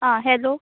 आं हॅलो